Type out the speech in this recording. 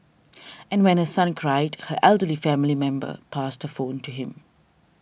and when her son cried her elderly family member passed phone to him